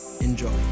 Enjoy